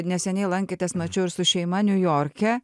neseniai lankėtės mačiau ir su šeima niujorke